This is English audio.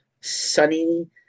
sunny